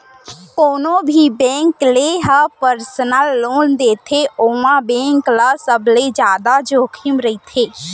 कोनो भी बेंक जेन ह परसनल लोन देथे ओमा बेंक ल सबले जादा जोखिम रहिथे